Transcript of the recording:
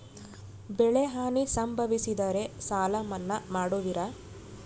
ಬೆಳೆಹಾನಿ ಸಂಭವಿಸಿದರೆ ಸಾಲ ಮನ್ನಾ ಮಾಡುವಿರ?